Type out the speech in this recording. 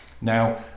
Now